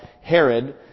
Herod